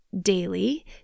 daily